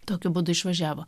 tokiu būdu išvažiavo